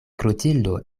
klotildo